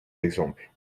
d’exemple